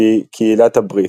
שהיא "קהילת הברית",